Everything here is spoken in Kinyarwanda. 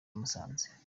yamusanze